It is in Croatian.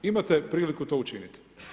Imate priliku to učiniti.